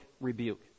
rebuke